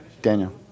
Daniel